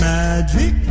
Magic